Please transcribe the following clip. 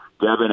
Devin